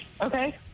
Okay